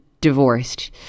divorced